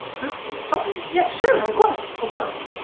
huh okay, yeah sure. of course, of course.